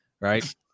right